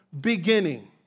beginning